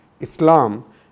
Islam